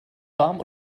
warm